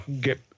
get